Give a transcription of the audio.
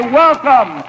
welcome